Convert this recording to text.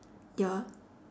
ya